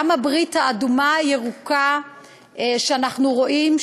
גם הברית האדומה-ירוקה שאנחנו רואים,